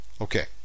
Okay